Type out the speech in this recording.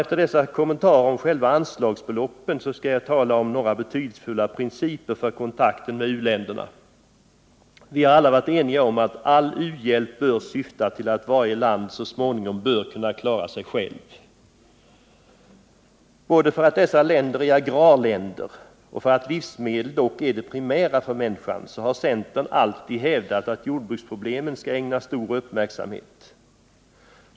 Efter dessa kommentarer om själva anslagsbeloppen skall jag tala om några betydelsefulla principer för kontakten med u-länderna. Vi har alla varit eniga om att all u-hjälp bör syfta till att varje land så småningom kan klara sig självt. Både för att dessa länder är agrarländer och för att livsmedel dock är det primära för människan har centern alltid hävdat att jordbruksproblemen skall ägnas stor uppmärksamhet.